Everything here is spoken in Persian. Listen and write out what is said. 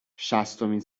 شصتمین